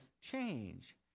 change